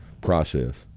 process